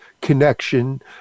connection